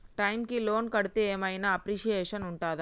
Time కి loan కడ్తే ఏం ఐనా అప్రిషియేషన్ ఉంటదా?